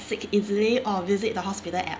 sick easily or visit the hospital at